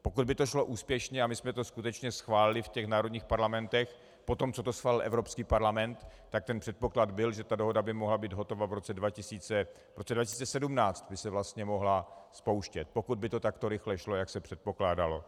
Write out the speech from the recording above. Pokud by to šlo úspěšně a my jsme to skutečně schválili v těch národních parlamentech poté, co to schválil Evropský parlament, tak ten předpoklad byl, že ta dohoda by mohla být hotova v roce 2017 by se vlastně mohla spouštět, pokud by to takto rychle šlo, jak se předpokládalo.